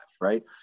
Right